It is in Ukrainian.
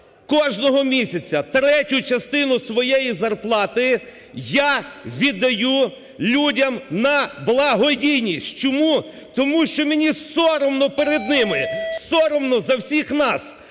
кожного місяця третю частину своєї зарплати я віддаю людям на благодійність. Чому? Тому що мені соромно перед ними, соромно за всіх нас!